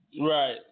Right